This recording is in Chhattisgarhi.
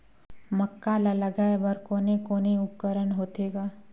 मक्का ला लगाय बर कोने कोने उपकरण होथे ग?